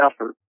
effort